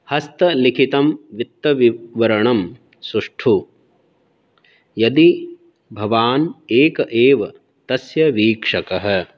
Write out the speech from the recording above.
हस्तलिखितं वित्तविवरणं सुष्ठुतायै यदि भवान् एक एव तस्य वीक्षकः